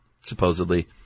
supposedly